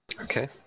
Okay